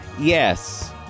Yes